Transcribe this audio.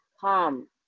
come